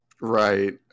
right